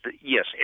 yes